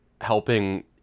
helping